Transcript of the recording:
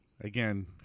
Again